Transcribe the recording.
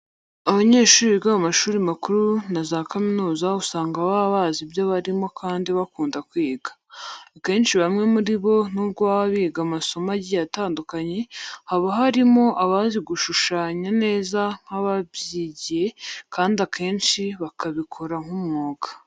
Abanyeshuri biga mu mashuri makuru na za kaminuza usanga baba bazi ibyo barimo kandi bakunda kwiga. Akenshi bamwe muri bo nubwo baba biga amasomo agiye atandukanye, haba harimo abazi gushushanya neza nk'ababyigiye kandi akenshi bakabikora nk'umwuga.